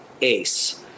Ace